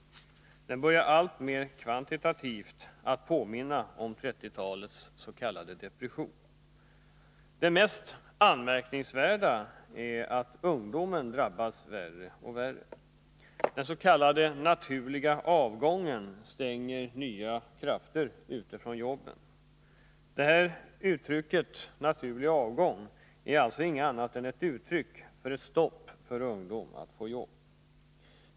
Den börjar kvantitativt att alltmer påminna om 1930-talets s.k. depression. Det mest anmärkningsvärda är att ungdomen drabbas värre och värre. Den s.k. naturliga avgången utestänger nya krafter från jobb. Uttrycket ”naturlig avgång” är alltså inget annat än ett uttryck för ett stopp för ungdom att få jobb.